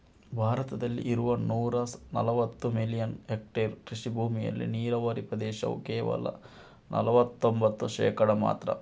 ಭಾರತದಲ್ಲಿ ಇರುವ ನೂರಾ ನಲವತ್ತು ಮಿಲಿಯನ್ ಹೆಕ್ಟೇರ್ ಕೃಷಿ ಭೂಮಿಯಲ್ಲಿ ನೀರಾವರಿ ಪ್ರದೇಶವು ಕೇವಲ ನಲವತ್ತೊಂಭತ್ತು ಶೇಕಡಾ ಮಾತ್ರ